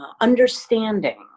understanding